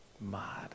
mad